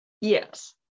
Yes